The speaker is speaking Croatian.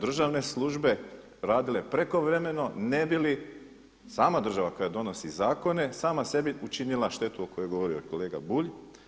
državne službe radile prekovremeno ne bi li sama država koja donosi zakone, sama sebi učinila štetu o kojoj govori kolega Bulj.